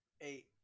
eight